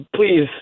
Please